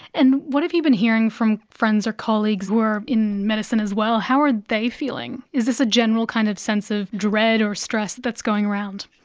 and what have you been hearing from friends or colleagues who are in medicine as well? how are they feeling? is this a general kind of sense of dread or stress that's going around?